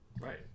Right